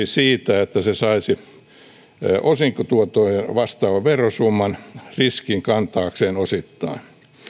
siitä että se saisi osinkotuottoja vastaavan verosumman riskin kantaakseen osittain